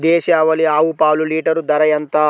దేశవాలీ ఆవు పాలు లీటరు ధర ఎంత?